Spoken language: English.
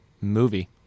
movie